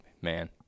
man